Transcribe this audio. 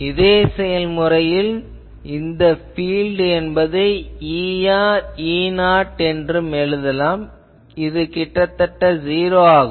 இதே செயல்முறையில் இந்த பீல்ட் என்பதை Er Eθ என்று எழுதலாம் இது கிட்டத்தட்ட '0' ஆகும்